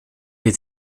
est